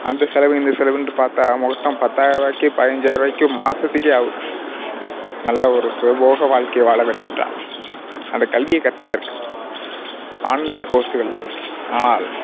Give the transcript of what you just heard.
அந்தச் செலவு இந்தச் செலவுனுட்டு பார்த்தா மொத்தம் பத்தாயிர ருபாய்க்கு பைஞ்சாயிர ருபாய்க்கு மாதத்துக்கே ஆகும் நல்ல ஒரு சுகபோக வாழ்க்கையை வாழ வேண்டும் என்றால் அந்தக் கல்வியைக் கற்பதற்கு ஆன்லைன் கோர்ஸ்களில் ஆனால்